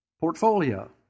portfolio